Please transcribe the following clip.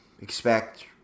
expect